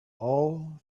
all